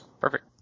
Perfect